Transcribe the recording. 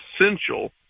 essential